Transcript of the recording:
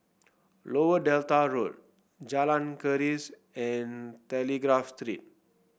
Lower Delta Road Jalan Keris and Telegraph Street